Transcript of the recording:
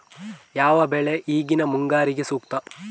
ಯಾವ ಬೆಳೆ ಈಗಿನ ಮುಂಗಾರಿಗೆ ಸೂಕ್ತ?